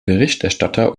berichterstatter